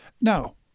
Now